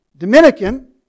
Dominican